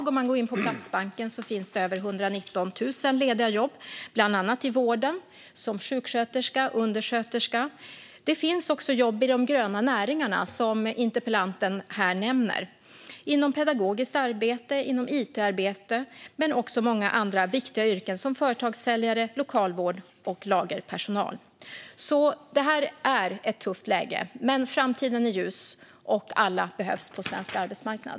Om man går in på Platsbanken i dag ser man att det finns över 119 000 lediga jobb, bland annat i vården som sjuksköterska och undersköterska. Det finns också jobb i de gröna näringarna, som interpellanten här nämner. Det finns jobb inom pedagogiskt arbete och inom it-arbete men också inom många andra viktiga yrken som företagssäljare, lokalvårdare och lagerpersonal. Det här är ett tufft läge. Men framtiden är ljus, och alla behövs på svensk arbetsmarknad.